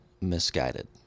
misguided